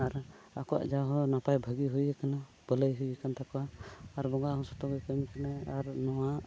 ᱟᱨ ᱟᱠᱚᱣᱟᱜ ᱡᱟᱦᱳ ᱱᱟᱯᱟᱭ ᱵᱷᱟᱹᱜᱤ ᱦᱩᱭᱟᱠᱟᱱᱟ ᱵᱷᱟᱹᱞᱟᱹᱭ ᱦᱩᱭ ᱠᱟᱱ ᱛᱟᱠᱚᱣᱟ ᱟᱨ ᱵᱚᱸᱜᱟ ᱦᱚᱸ ᱡᱷᱚᱛᱚᱜᱮ ᱠᱟᱹᱢᱤ ᱠᱟᱱᱟᱭ ᱟᱨ ᱱᱚᱣᱟ